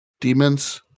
demons